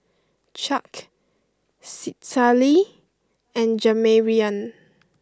Chuck Citlalli and Jamarion